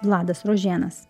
vladas rožėnas